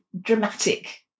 dramatic